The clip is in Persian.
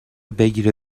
بگیره